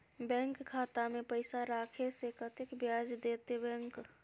Bank खाता में पैसा राखे से कतेक ब्याज देते बैंक?